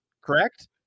correct